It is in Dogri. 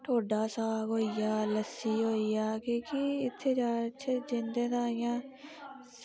ढोडा साग होइया लस्सी होइया की कि इत्थै दा जिंदे दा